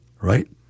Right